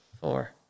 four